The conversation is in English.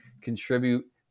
contribute